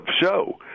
show